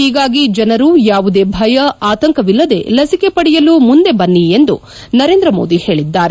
ಒೀಗಾಗಿ ಜನರು ಯಾವುದೇ ಭಯ ಆತಂಕವಿಲ್ಲದೆ ಲಸಿಕೆ ಪಡೆಯಲು ಮುಂದೆ ಬನ್ನಿ ಎಂದು ನರೇಂದ್ರ ಮೋದಿ ಹೇಳಿದ್ದಾರೆ